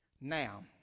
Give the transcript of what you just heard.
Now